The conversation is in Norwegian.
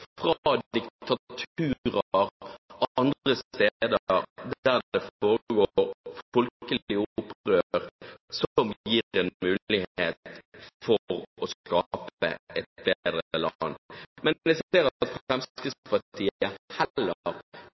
fra diktaturer andre steder der det foregår folkelige opprør, som gir dem mulighet for å skape et bedre land. Men jeg ser at Fremskrittspartiet heller